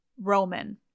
Roman